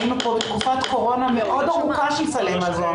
היינו פה בתקופת קורונה מאוד ארוכה של סלי מזון.